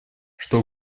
что